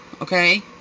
okay